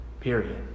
Period